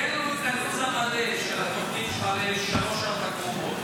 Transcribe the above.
תן לנו את הלו"ז המלא של התוכנית לשלוש השעות הקרובות.